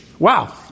Wow